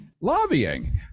lobbying